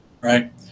right